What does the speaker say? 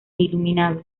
iluminado